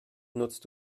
nutzt